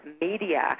media